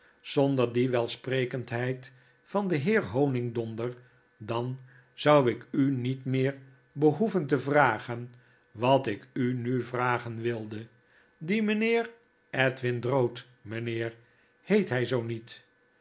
zonder die welsprekendheid van den heer honigdonder dan zou ik u niet meer behoeven te vragen wat ik u nu vragen wilde die meneer edwin drood mpheer heet hy zoo niet